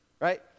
right